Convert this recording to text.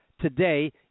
today